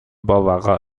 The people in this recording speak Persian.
باوقار